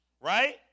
Right